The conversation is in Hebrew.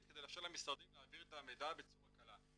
כדי לאפשר למשרדים להעביר את המידע בצורה קלה.